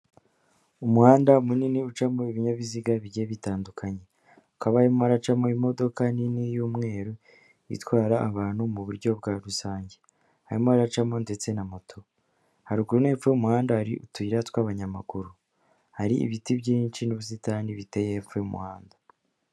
Umuhanda munini ucamo ibinyabiziga bigiye bitandukanye, hakaba harimo haracamo imodoka nini y'umweru itwara abantu mu buryo bwa rusange. Harimo haracamo ndetse na moto, haruguru no hepfo y'umuhanda hari utuyira tw'abanyamaguru. Hari ibiti byinshi n'ubusitani biteye hepfo y'umuhanda.